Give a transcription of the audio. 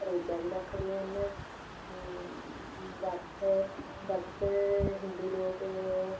ਰੋਜਾ ਵੀ ਰੱਖਦੇ ਹਨ ਵਰਤ ਵਰਤ ਹਿੰਦੂ ਲੋਕ